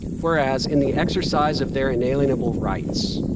whereas in the exercise of their inalienable rights,